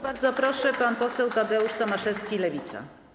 Bardzo proszę, pan poseł Tadeusz Tomaszewski, Lewica.